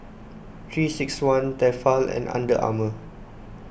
three six one Tefal and Under Armour